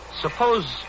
suppose